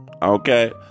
Okay